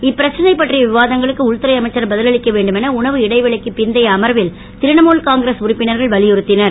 இப்பிரச்னை பற்றிய விவாதங்களுக்கு உள்துறை அமைச்சர் பதிலளிக்க வேண்டும் என உணவு இடைவெளிக்கு பிந்தைய அமர்வில் திரிணாமுல் காங்கிரஸ் உறுப்பினர்கள் வலியுறுத்தினர்